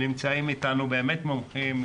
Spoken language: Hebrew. נמצאים איתנו באמת מומחים,